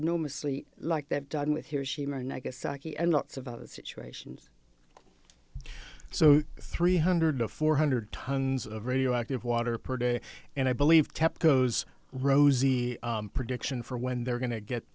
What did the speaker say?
enormously like they've done with hiroshima and nagasaki and lots of other situations so three hundred or four hundred tons of radioactive water per day and i believe tepco those rosy prediction for when they're going to get